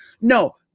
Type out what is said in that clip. no